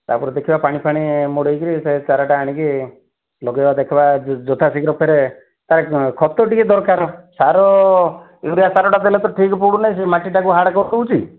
ତା'ପରେ ଦେଖିବା ପାଣି ଫାଣି ମଡ଼େଇକରି ସେ ଚାରାଟା ଏଣିକି ଲଗେଇବା ଦେଖିବା ଯଥା ଶୀଘ୍ର ଫେର ତା'ପରେ ଖତ ଟିକିଏ ଦରକାର ସାର ୟୁରିଆ ସାରଟା ଦେଲେ ତ ଠିକ୍ ପଡ଼ୁନାହିଁ ସେ ମାଟିଟାକୁ ହାର୍ଡ୍ କରିଦେଉଛି